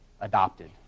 adopted